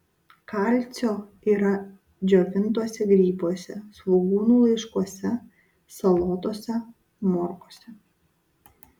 kalcio yra džiovintuose grybuose svogūnų laiškuose salotose morkose